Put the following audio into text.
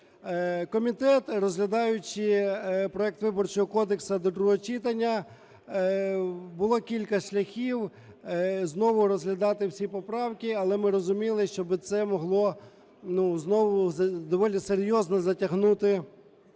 Комітет, розглядаючи проект Виборчого кодексу до другого читання, було кілька шляхів знову розглядати всі поправки, але ми розуміли, що це б могло знову доволі серйозно затягнути